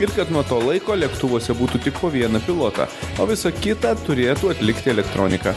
ir kad nuo to laiko lėktuvuose būtų tik po vieną pilotą o visa kita turėtų atlikti elektronika